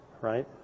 right